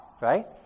right